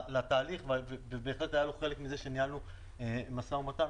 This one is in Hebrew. לתהליך ובהחלט היה לו חלק בזה שניהלנו משא ומתן,